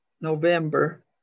November